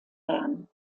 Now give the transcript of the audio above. bern